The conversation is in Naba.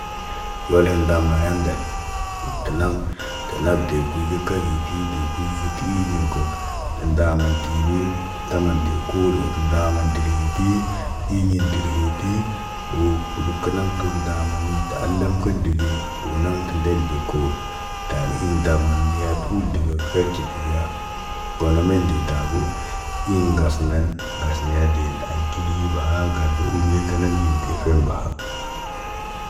Role hen ndamana ndak. Kəlaŋg, kə nab de guy gə keyti deb kuyiti ti in ko. Tə ndaman tinii taman de koolo tə tə ndaman dərə iitii iɲen derheti. Wo rəka nəŋg tə tur ndaamani tə alam kiɲ degi, wo naŋg tə ndel de koon, taa in- dam man niyatə uldəgə gə kəl ɟet yaa. Bonomen de tabo, in ŋgas nen, basniya de ta ayki kil yii baha garde unɲi ka kənəŋg yiŋg defem baa.